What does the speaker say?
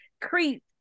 Creep